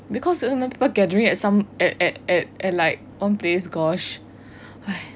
because so many people gathering at some at at at some place gosh